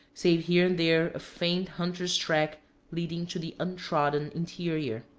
save here and there a faint hunter's track leading to the untrodden interior.